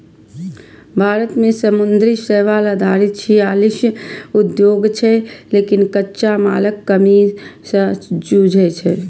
भारत मे समुद्री शैवाल आधारित छियालीस उद्योग छै, लेकिन कच्चा मालक कमी सं जूझै छै